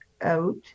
out